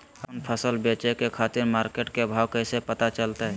आपन फसल बेचे के खातिर मार्केट के भाव कैसे पता चलतय?